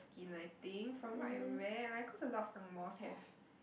skin I think from what I read cause a lot of ang-mohs have